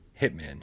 Hitman